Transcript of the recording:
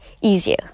easier